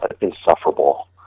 insufferable